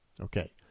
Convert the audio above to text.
Okay